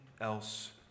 else